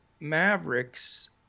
Mavericks